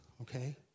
okay